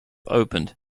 opened